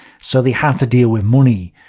so they had to deal with money.